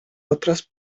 otras